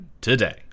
Today